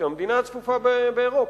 שהיא המדינה הצפופה באירופה,